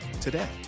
today